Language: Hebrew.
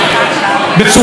יוכלו לחזור,